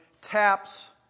taps